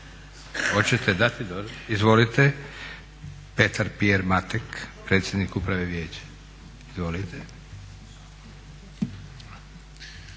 Oćete dati? Izvolite. Petar-Pierre Matek predsjednik uprave vijeća. Izvolite.